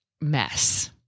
mess